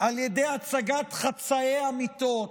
על ידי הצגת חצאי אמיתות,